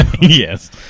Yes